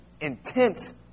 intense